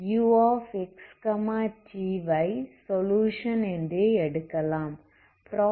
uxt வை solution என்று எடுக்கலாம்